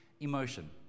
Emotion